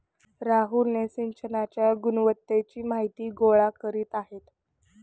राहुल हे सिंचनाच्या गुणवत्तेची माहिती गोळा करीत आहेत